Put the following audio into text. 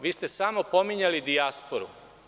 Vi ste samo pominjali dijasporu.